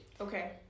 Okay